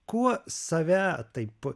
kuo save taip